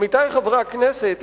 עמיתי חברי הכנסת,